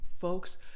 folks